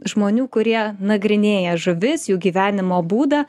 žmonių kurie nagrinėja žuvis jų gyvenimo būdą